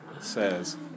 says